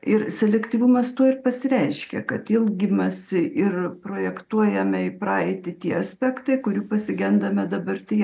ir selektyvumas tuo ir pasireiškia kad ilgimasi ir projektuojame į praeitį tie aspektai kurių pasigendame dabartyje